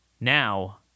Now